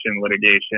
litigation